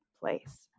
place